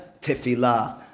Tefillah